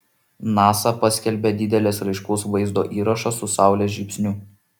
nasa paskelbė didelės raiškos vaizdo įrašą su saulės žybsniu